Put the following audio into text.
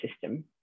system